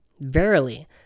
Verily